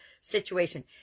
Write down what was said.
situation